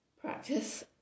practice